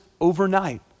overnight